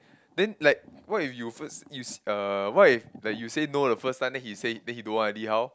then like what if you first use uh what if like you say no the first time then he say then he don't want already how